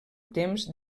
temps